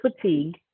fatigue